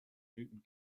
newton